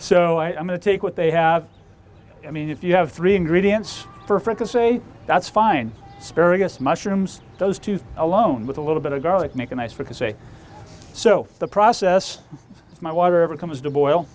so i am going to take what they have i mean if you have three ingredients for franco say that's fine spiritus mushrooms those two alone with a little bit of garlic make a nice because a so the process of my water ever comes to boil